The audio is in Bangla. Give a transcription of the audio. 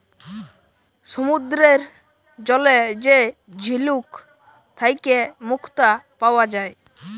সমুদ্দুরের জলে যে ঝিলুক থ্যাইকে মুক্তা পাউয়া যায়